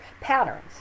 patterns